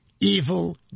Evil